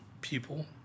people